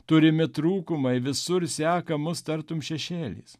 turimi trūkumai visur seka mus tartum šešėlis